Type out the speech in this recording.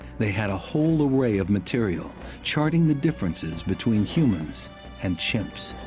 they had a whole array of material charting the differences between humans and chimps.